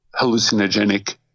hallucinogenic